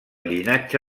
llinatge